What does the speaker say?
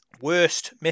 worst